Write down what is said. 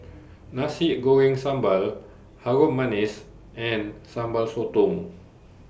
Nasi Goreng Sambal Harum Manis and Sambal Sotong